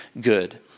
good